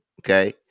okay